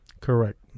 Correct